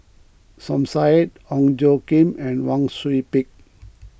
Som Said Ong Tjoe Kim and Wang Sui Pick